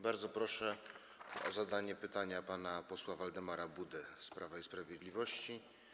Bardzo proszę o zadanie pytania pana posła Waldemara Budę z Prawa i Sprawiedliwości.